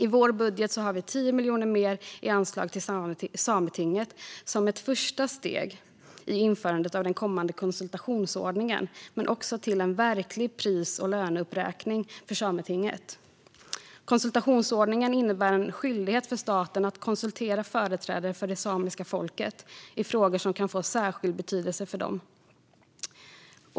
I vår budget har vi 10 miljoner mer i anslag till Sametinget som ett första steg i införandet av den kommande konsultationsordningen men också till en verklig pris och löneuppräkning för Sametinget. Konsultationsordningen innebär en skyldighet för staten att konsultera företrädare för det samiska folket i frågor som kan få särskild betydelse för dem.